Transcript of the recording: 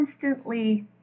constantly